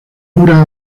dura